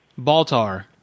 Baltar